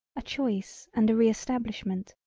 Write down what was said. a choice and a reestablishment,